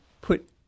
put